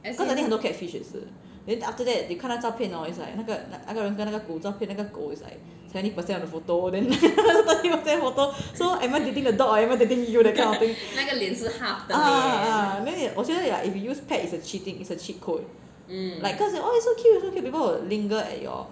because I think 很多 catfish 也是 then after that 你看他照片 hor is like 那个那个人跟那个狗照片那个狗 is like like seventy percent of the photo then you are thirty percent of the photo so am I dating the dog or am I dating you that kind of thing ah ah ah 我觉得 like if you use pet is a cheating is a cheat code like cause you oh it's so cute it's so cute people will linger at your